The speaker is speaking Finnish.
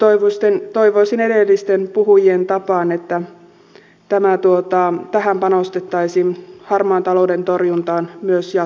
ja toivoisin edellisten puhujien tapaan että tähän harmaan talouden torjuntaan panostettaisiin myös jatkossa